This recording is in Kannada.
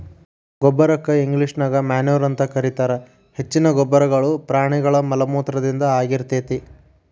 ಗೊಬ್ಬರಕ್ಕ ಇಂಗ್ಲೇಷನ್ಯಾಗ ಮೆನ್ಯೂರ್ ಅಂತ ಕರೇತಾರ, ಹೆಚ್ಚಿನ ಗೊಬ್ಬರಗಳು ಪ್ರಾಣಿಗಳ ಮಲಮೂತ್ರದಿಂದ ಆಗಿರ್ತೇತಿ